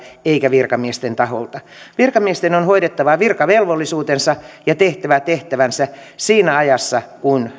eikä virkamiesten taholta virkamiesten on hoidettava virkavelvollisuutensa ja tehtävä tehtävänsä siinä ajassa